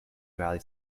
valley